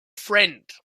friend